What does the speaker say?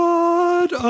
God